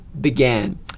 began